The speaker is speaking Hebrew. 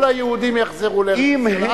כל היהודים יחזרו לארץ-ישראל.